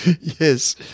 Yes